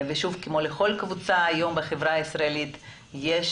כמו לכל קבוצה היום בחברה הישראלית יש